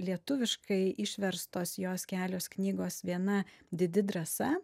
lietuviškai išverstos jos kelios knygos viena didi drąsa